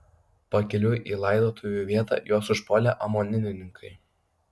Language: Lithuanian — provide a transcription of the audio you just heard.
pakeliui į laidotuvių vietą juos užpuolė omonininkai